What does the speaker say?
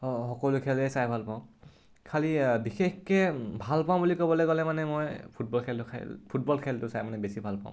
সকলো খেলেই চাই ভাল পাওঁ খালী বিশেষকৈ ভাল পাওঁ বুলি ক'বলৈ গ'লে মানে মই ফুটবল খেলটো ফুটবল খেলটো চাই মানে বেছি ভাল পাওঁ